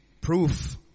proof